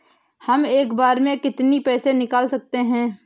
हम एक बार में कितनी पैसे निकाल सकते हैं?